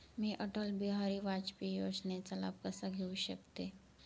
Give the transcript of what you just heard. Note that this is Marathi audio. मी अटल बिहारी वाजपेयी योजनेचा लाभ कसा घेऊ शकते?